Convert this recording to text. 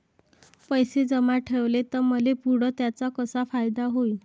पैसे जमा ठेवले त मले पुढं त्याचा कसा फायदा होईन?